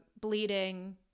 bleeding